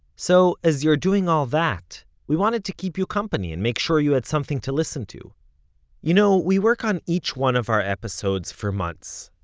so as you're doing all that, we wanted to keep you company and make sure you had something to listen to you know, we work on each one of our episodes for months.